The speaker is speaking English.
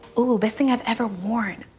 ooh, best thing i've ever worn?